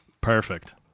Perfect